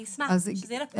אני אשמח שזה יהיה לפרוטוקול.